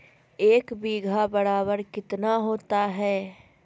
एक बीघा बराबर कितना होता है?